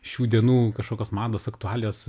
šių dienų kažkokios mados aktualijos